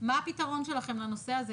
מה הפתרון שלכם לנושא הזה,